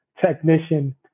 technician